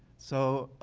so